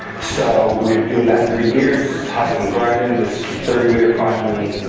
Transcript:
so we're doing that three years hustlin grindin this third year finally.